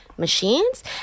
Machines